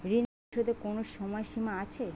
ঋণ পরিশোধের কোনো সময় সীমা আছে?